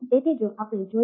તેથી જો આપણે જોઈએ